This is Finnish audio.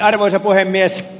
arvoisa puhemies